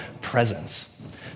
presence